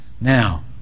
Now